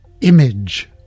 image